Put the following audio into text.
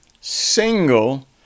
single